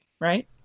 Right